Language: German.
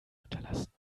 hinterlassen